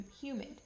humid